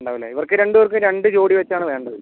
ഉണ്ടാവും അല്ലേ ഇവർക്ക് രണ്ട് പേർക്കും രണ്ട് ജോഡി വെച്ചാണ് വേണ്ടത്